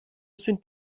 sind